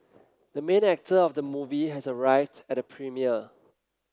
the main actor of the movie has arrived at the premiere